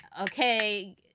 okay